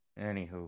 Anywho